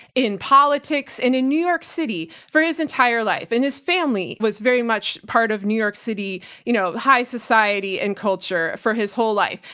in politics and in new york city for his entire life. and his family was very much part of new york city you know high society and culture for his whole life.